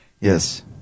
Yes